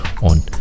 und